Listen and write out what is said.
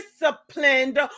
disciplined